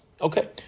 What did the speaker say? Okay